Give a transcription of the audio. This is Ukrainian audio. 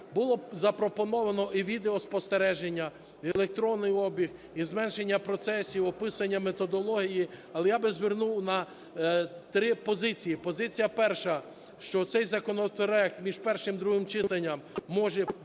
Було запропоновано і відеоспостереження, і електронний обіг, і зменшення процесів описання методології. Але я би звернув на три позиції. Позиція перша. Що цей законопроект між першим і другим читанням може